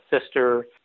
sister